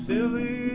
Silly